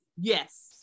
Yes